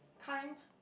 kind